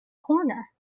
corner